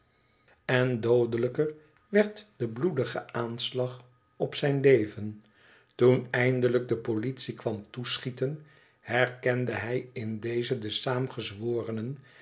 en dood lijker werd de bloedige aanslag op zijn leven toen eindelijk de politie kwam toeschieten herkende hij in deze de saanigezworenen